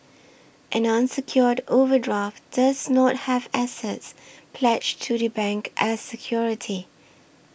an unsecured overdraft does not have assets pledged to the bank as security